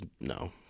no